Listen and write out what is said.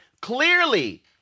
Clearly